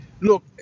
Look